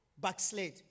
backslid